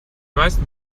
meisten